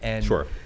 Sure